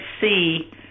see